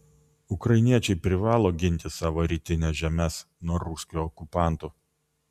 ukrainiečiai privalo ginti savo rytines žemes nuo ruskių okupantų